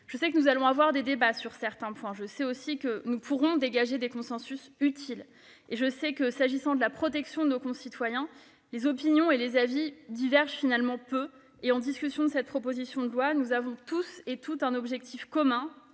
Je sais que nous aurons des débats sur certains points, je sais aussi que nous pourrons dégager les consensus utiles. S'agissant de la protection de nos concitoyens, les opinions et les avis divergent peu. En discutant de cette proposition de loi, nous poursuivons tous un objectif commun